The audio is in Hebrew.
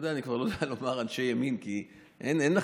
אתה יודע,